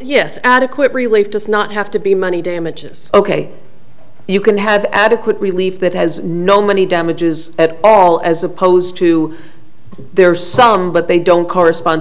yes adequate relief does not have to be money damages ok you can have adequate relief that has no money damages at all as opposed to there are some but they don't correspond